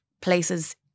places